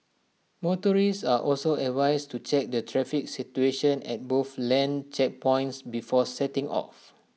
motorists are also advised to check the traffic situation at both land checkpoints before setting off